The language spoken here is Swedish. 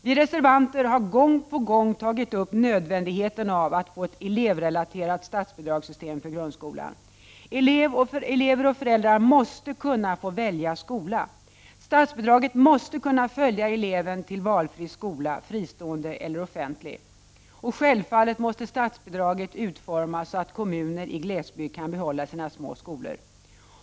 Vi reservanter har gång på gång tagit upp nödvändigheten av att få ett elevrelaterat statsbidragssystem för grundskolan. Elever och föräldrar måste kunna få välja skola. Statsbidraget måste kunna följa eleven till valfri skola, fristående eller offentlig. Självfallet måste statsbidraget utformas så att kommuner i glesbygd kan behålla sina små skolor.